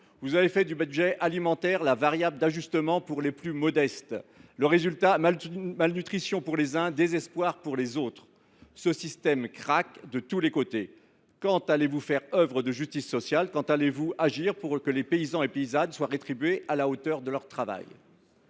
Vous avez fait du budget alimentaire la variable d’ajustement pour les plus modestes. Le résultat en est la malnutrition pour les uns, le désespoir pour les autres. Ce système craque de tous les côtés. Quand ferez vous œuvre de justice sociale et agirez vous pour que les paysans et les paysannes soient rétribués à la hauteur de leur travail ?